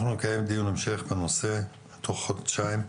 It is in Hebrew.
אנחנו נקיים דיון המשך בנושא תוך חודשיים.